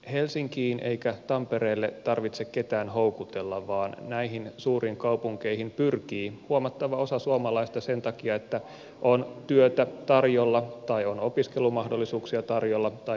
ei helsinkiin eikä tampereelle tarvitse ketään houkutella vaan näihin suuriin kaupunkeihin pyrkii huomattava osa suomalaisista sen takia että on työtä tarjolla tai on opiskelumahdollisuuksia tarjolla tai muista syistä